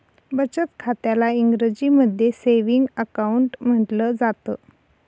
बचत खात्याला इंग्रजीमध्ये सेविंग अकाउंट म्हटलं जातं